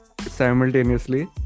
simultaneously